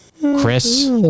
Chris